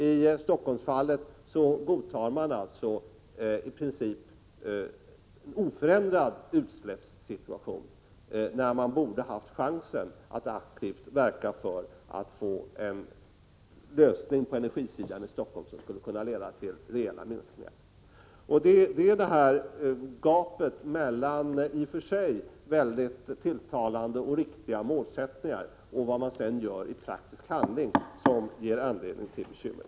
I Stockholmsfallet godtar man alltså i princip en oförändrad utsläppssituation, trots att man borde ha haft chansen att aktivt verka för att få en lösning på energisidan i Stockholm som leder till rejäla minskningar. Det är detta gap mellan i och för sig tilltalande och riktiga målsättningar och vad man sedan gör i praktisk handling som ger anledning till bekymmer.